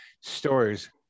stories